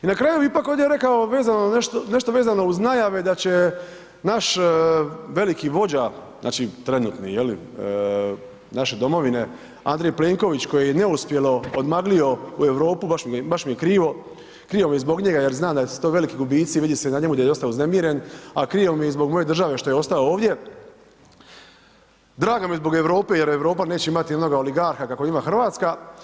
I na kraju bi ipak ovdje rekao vezano nešto, nešto vezano uz najave da će naš veliki vođa znači trenutni jeli naše domovine Andrej Plenković koji je neuspjelo odmaglio u Europu, baš mi je krivo, krivo mi je zbog njega jer znam da su to veliki gubici, vidi se i na njemu da je dosta uznemiren, a krivo mi je i zbog moje države što je ostao ovdje, drago mi je zbog Europe jer Europa neće imati jednog oligarha kako ima Hrvatska.